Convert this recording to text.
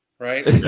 Right